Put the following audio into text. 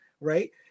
right